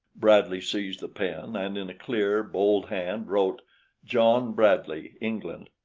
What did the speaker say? bradley seized the pen and in a clear, bold hand wrote john bradley, england.